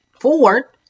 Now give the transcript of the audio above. forward